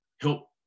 help